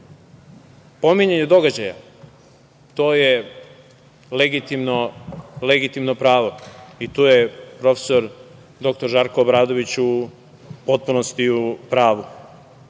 pominjanje događaja, to je legitimno pravo i tu je profesor doktor Žarko Obradović u potpunosti u pravu.